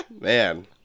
Man